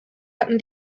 hatten